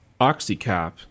Oxycap